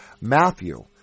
Matthew